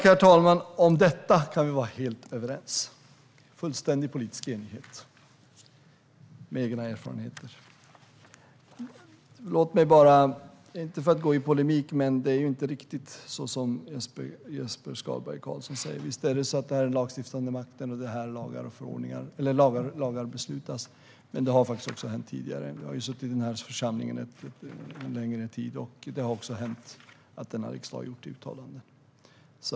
Herr talman! Om detta kan vi vara helt överens - fullständig politisk enighet, utifrån egna erfarenheter. Inte för att gå i polemik, men det är inte riktigt så som Jesper Skalberg Karlsson säger. Visst är detta den lagstiftande makten - det är här som lagar beslutas. Jag har suttit i denna församling en längre tid, och det har hänt att denna riksdag har gjort uttalanden.